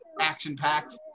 action-packed